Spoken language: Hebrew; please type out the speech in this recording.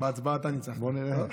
בוא נראה.